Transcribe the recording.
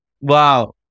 Wow